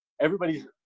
everybody's